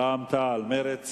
רע"ם-תע"ל, מרצ